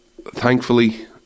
thankfully